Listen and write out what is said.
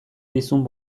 dizun